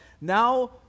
now